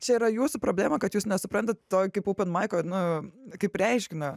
čia yra jūsų problema kad jūs nesuprantat to kaip kaip openmaiko nu kaip reiškinio